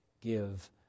give